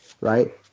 right